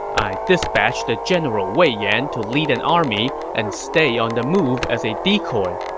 i dispatched the general wei yan to lead an army and stay on the move as a decoy.